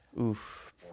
Oof